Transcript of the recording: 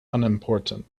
unimportant